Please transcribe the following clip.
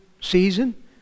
season